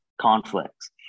conflicts